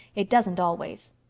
it doesn't always.